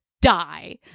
die